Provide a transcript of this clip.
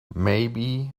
maybe